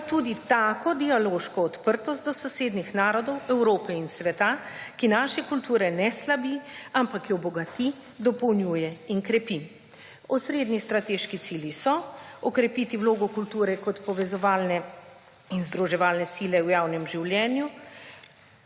pa tudi tako dialoško odprtost do sosednjih narodov Evrope in sveta, ki naše kulture ne slabi, ampak jo bogati, dopolnjuje in krepi. Osrednji strateški cilji so okrepiti vlogo kulture kot povezovalne in združevalne sile v javnem življenju,